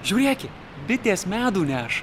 žiūrėki bitės medų neša